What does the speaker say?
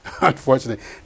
unfortunately